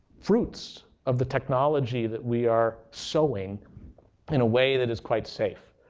fruits of the technology that we are sewing in a way that is quite safe.